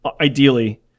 Ideally